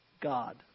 God